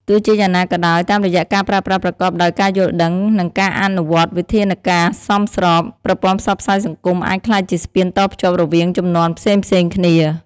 ទោះជាយ៉ាងណាក៏ដោយ តាមរយៈការប្រើប្រាស់ប្រកបដោយការយល់ដឹង និងការអនុវត្តវិធានការសមស្រប ប្រព័ន្ធផ្សព្វផ្សាយសង្គមអាចក្លាយជាស្ពានតភ្ជាប់រវាងជំនាន់ផ្សេងៗគ្នា។